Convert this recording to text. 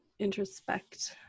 introspect